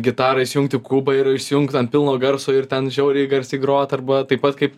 gitarą įsijungti kubą ir įsijungt ant pilno garso ir ten žiauriai garsiai grot arba taip pat kaip